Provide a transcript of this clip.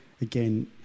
again